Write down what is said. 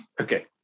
Okay